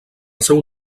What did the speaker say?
seu